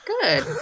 Good